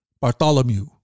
Bartholomew